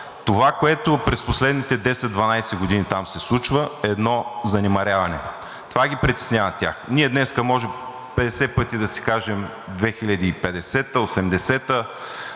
Това, което през последните 10 – 12 години там се случва, е едно занемаряване. Това ги притеснява тях. Ние днес може 50 пъти да си кажем: 2050 г., 2080